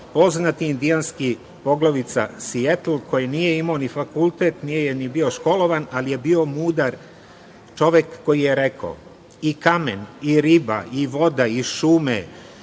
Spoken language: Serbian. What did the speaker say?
poznati indijanski poglavica Sijetl, koji nije imao ni fakultet, nije ni bio školovan, ali je bio mudar čovek, koji je rekao – I kamen i riba i voda i šume